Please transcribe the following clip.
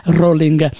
rolling